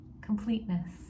completeness